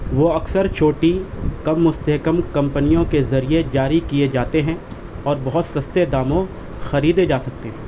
وہ اکثر چھوٹی کم مستحکم کمپنیوں کے ذریعے جاری کیے جاتے ہیں اور بہت سستے داموں خریدے جا سکتے ہیں